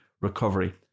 recovery